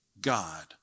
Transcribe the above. God